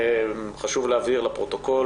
חשוב להבהיר לפרוטוקול,